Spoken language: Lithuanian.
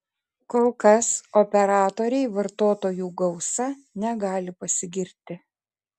kol kas operatoriai vartotojų gausa negali pasigirti